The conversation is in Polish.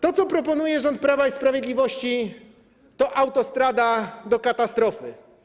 To, co proponuje rząd Prawa i Sprawiedliwości, to autostrada do katastrofy.